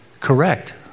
correct